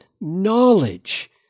knowledge